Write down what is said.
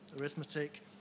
arithmetic